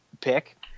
pick